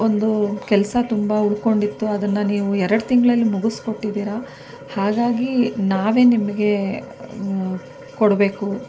ಒಂದು ಕೆಲಸ ತುಂಬ ಉಳ್ಕೊಂಡಿತ್ತು ಅದನ್ನು ನೀವು ಎರಡು ತಿಂಗಳಲ್ಲಿ ಮುಗಿಸಿ ಕೊಟ್ಟಿದ್ದೀರಾ ಹಾಗಾಗಿ ನಾವೇ ನಿಮಗೆ ಕೊಡಬೇಕು